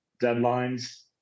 deadlines